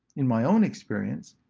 in my own experience,